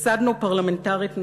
הפסדנו פרלמנטרית נהדרת.